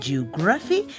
Geography